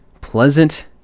pleasant